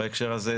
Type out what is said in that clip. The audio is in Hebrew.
בהקשר הזה.